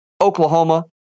Oklahoma